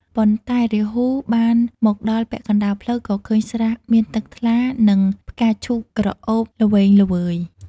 ប៉ុន្តែ រាហូបានមកដល់ពាក់កណ្ដាលផ្លូវ ក៏ឃើញស្រះមានទឹកថ្លា និងផ្កាឈូកក្រអូបល្វេងល្វើយ។